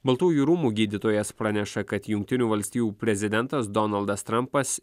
baltųjų rūmų gydytojas praneša kad jungtinių valstijų prezidentas donaldas trampas